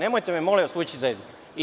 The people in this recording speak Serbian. Nemojte me molim vas vući za reč.